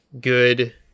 good